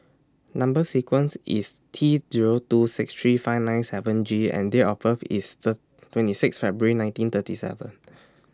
Number sequence IS T Zero two six three five nine seven G and Date of birth IS Third twenty six February nineteen thirty seven